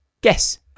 Guess